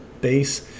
base